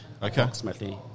approximately